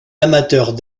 amateurs